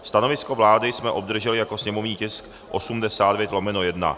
Stanovisko vlády jsme obdrželi jako sněmovní tisk 89/1.